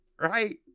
right